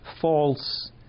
false